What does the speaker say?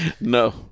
No